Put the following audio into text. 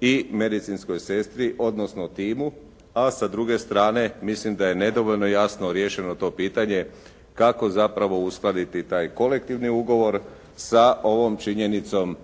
i medicinskoj sestri, odnosno timu, a sa druge strane mislim da je nedovoljno jasno riješeno to pitanje, kako zapravo uskladiti taj kolektivni ugovor sa ovom činjenicom